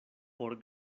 por